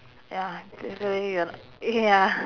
ya definitely you're not ya